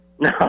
No